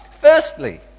Firstly